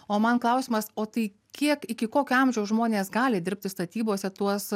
o man klausimas o tai kiek iki kokio amžiaus žmonės gali dirbti statybose tuos